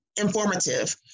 informative